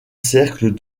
cercles